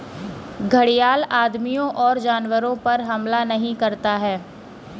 घड़ियाल आदमियों और जानवरों पर हमला नहीं करता है